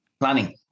planning